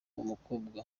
umukobwa